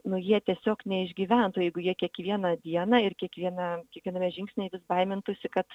nu jie tiesiog neišgyventų jeigu jie kiekvieną dieną ir kiekvienam kiekviename žingsnyje vis baimintųsi kad